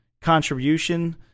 contribution